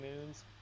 moons